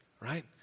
right